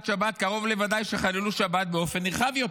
שבת קרוב לוודאי שיחללו שבת באופן נרחב יותר,